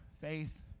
faith